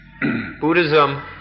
Buddhism